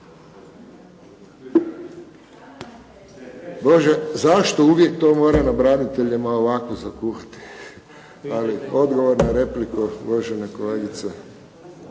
Bože, zašto uvijek to mora na braniteljima ovako zakuhati? Odgovor na repliku uvažene kolegice